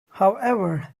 however